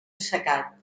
assecat